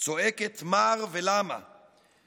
צועקת מר ולמה /